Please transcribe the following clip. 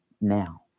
now